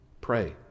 Pray